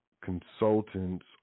consultants